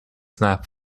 snap